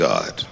God